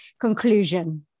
conclusion